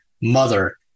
mother